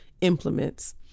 implements